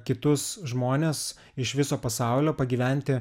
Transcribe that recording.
kitus žmones iš viso pasaulio pagyventi